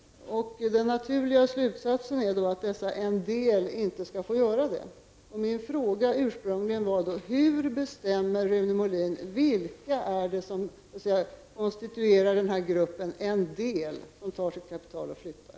Den naturliga slutsatsen är att dessa ''en del'' inte skall få göra det. Min fråga var ursprungligen: Hur bestämmer Rune Molin vilka som tillhör den här gruppen ''en del''som tar sitt kapital och flyttar?